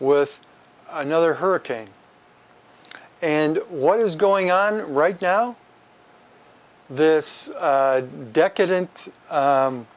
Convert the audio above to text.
with another hurricane and what is going on right now this decadent